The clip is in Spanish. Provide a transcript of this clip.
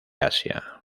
asia